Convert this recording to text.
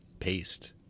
paste